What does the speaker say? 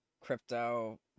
crypto